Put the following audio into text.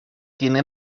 tiene